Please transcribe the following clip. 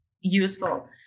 useful